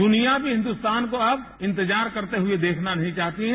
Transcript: दुनिया भी हिन्दुस्तान को अब इंतजार करते हुए देखना नहीं चाहती है